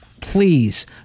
please